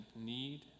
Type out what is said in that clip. need